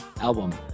album